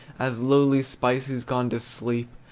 as lowly spices gone to sleep,